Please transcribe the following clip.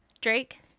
Drake